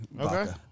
Okay